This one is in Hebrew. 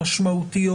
משמעותיות,